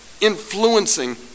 influencing